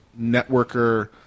networker